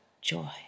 joy